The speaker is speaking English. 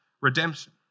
redemption